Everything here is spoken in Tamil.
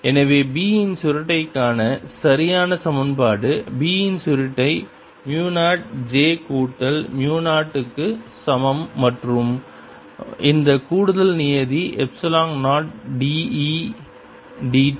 எனவே B இன் சுருட்டைக்கான சரியான சமன்பாடு B இன் சுருட்டை மு 0 j கூட்டல் மு 0 க்கு சமம் மற்றும் இந்த கூடுதல் நியதி epsilon 0 d e d t